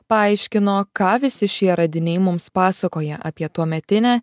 paaiškino ką visi šie radiniai mums pasakoja apie tuometinę